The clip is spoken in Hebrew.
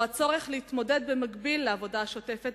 והוא הצורך להתמודד במקביל לעבודה השוטפת